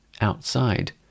Outside